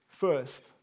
First